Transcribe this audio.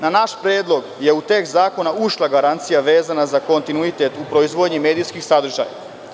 Na naš predlog je u tekst zakona ušla garancija vezana za kontinuitet u proizvodnji medijskih sadržaja.